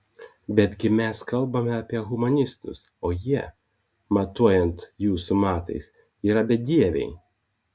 betgi mes kalbame apie humanistus o jie matuojant jūsų matais yra bedieviai